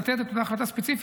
לתת את אותה החלטה ספציפית,